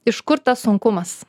iš kur tas sunkumas